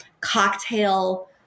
cocktail